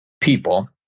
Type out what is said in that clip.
people